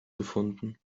gefunden